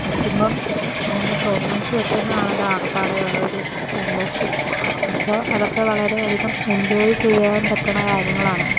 പഠിക്കുമ്പം അങ്ങനത്തെ പ്രോഗ്രാംസ് വെക്കുന്നത് ആണല്ലോ ആകപ്പാടെയുള്ളൊരു സന്തോഷം അപ്പോൾ അതൊക്കെ വളരെയധികം എഞ്ചോയ് ചെയ്യാൻ പറ്റണ കാര്യങ്ങളാണ്